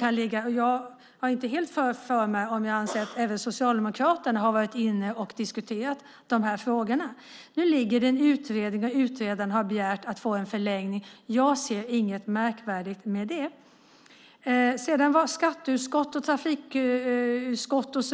Jag har inte helt klart för mig om även Socialdemokraterna har diskuterat de här frågorna. Nu pågår en utredning, och utredaren har begärt att få en förlängning. Jag ser inget märkvärdigt med det. Vad skatteutskottet och trafikutskottet